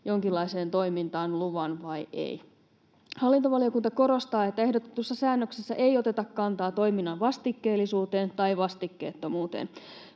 jonkinlaiseen toimintaan luvan vai ei. Hallintovaliokunta korostaa, että ehdotetussa säännöksessä ei oteta kantaa toiminnan vastikkeellisuuteen tai vastikkeettomuuteen,